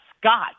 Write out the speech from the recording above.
Scott